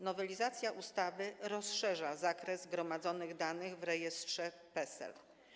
Nowelizacja ustawy rozszerza zakres gromadzonych danych w rejestrze PESEL.